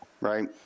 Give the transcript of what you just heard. right